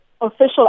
official